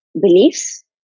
beliefs